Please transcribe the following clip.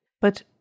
But